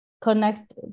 connect